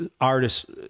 artists